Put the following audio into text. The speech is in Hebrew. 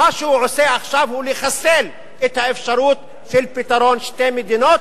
מה שהוא עושה עכשיו הוא לחסל את האפשרות של פתרון שתי מדינות,